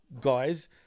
guys